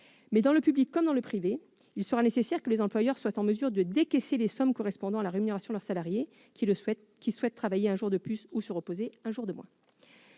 cause, dans le public comme dans le privé, il sera nécessaire que les employeurs soient en mesure de décaisser les sommes correspondant à la rémunération de leurs salariés qui souhaitent travailler un jour de plus ou se reposer un jour de moins.